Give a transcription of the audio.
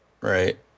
right